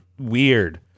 weird